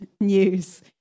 news